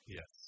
Yes